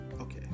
Okay